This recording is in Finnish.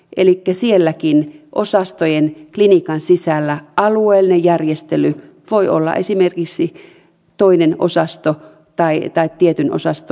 elikkä sielläkin osastojen klinikan sisällä alueellinen järjestely voi olla esimerkiksi toinen osasto tai tietyn osaston pääty